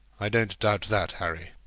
i don't doubt that, harry.